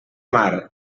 mar